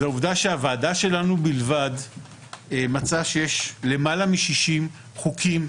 זו העובדה שהוועדה שלנו בלבד מצאה שיש יותר משישים חוקים,